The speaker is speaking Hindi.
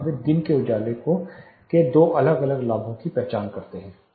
जहां वे दिन के उजाले के दो अलग अलग लाभों की पहचान करते हैं